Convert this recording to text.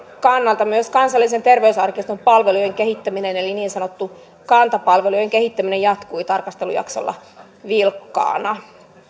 kannalta myös kansallisen terveysarkiston palvelujen kehittäminen eli niin sanottujen kanta palvelujen kehittäminen jatkui tarkastelujaksolla vilkkaana